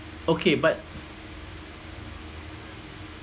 okay but